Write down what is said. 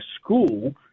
school